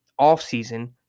offseason